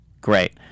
Great